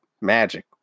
magic